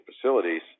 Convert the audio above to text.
facilities